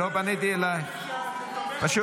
--- תומכי טרור --- מה אכפת --- טלי,